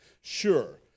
Sure